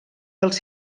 dels